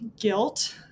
guilt